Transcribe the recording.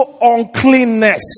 uncleanness